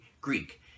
Greek